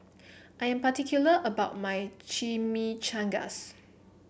I am particular about my Chimichangas